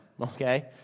okay